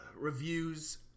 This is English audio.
reviews